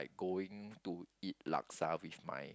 going to eat Laksa with my